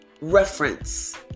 reference